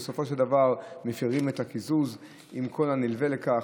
בסופו של דבר מפירים את הקיזוז, עם כל הנלווה לכך.